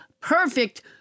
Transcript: perfect